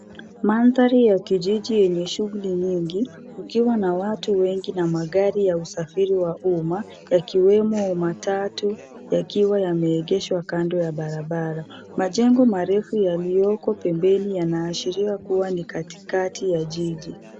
Mandhari ya kijiji yenye shughuli nyingi ukiwa na watu wengi na magari ya usafiri wa umma yakiwemo matatu yakiwa yameegeshwa kando ya barabara. Majengo marefu yaliyoko pembeni yanaashiria kuwa ni katikati ya jiji.